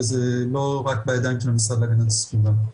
וזה לא רק בידיים של המשרד להגנת הסביבה.